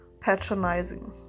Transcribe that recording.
patronizing